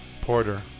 Porter